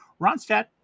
Ronstadt